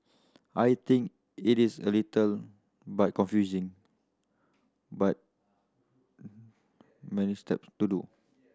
I think it is a little but confusing but many steps to do